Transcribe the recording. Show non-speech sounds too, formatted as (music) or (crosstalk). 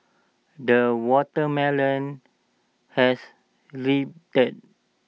the watermelon has (unintelligible)